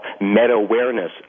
meta-awareness